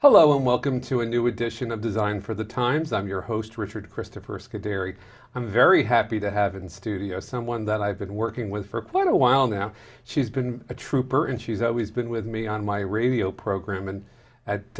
hello and welcome to a new edition of design for the times i'm your host richard christopher scary i'm very happy to have in studio someone that i've been working with for quite a while now she's been a trooper and she's always been with me on my radio program a